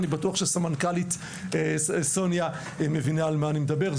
אני בטוח שסוניה סמנכ"לית מבינה על מה שאני מדבר.